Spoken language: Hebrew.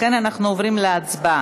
לכן, אנחנו עוברים להצבעה.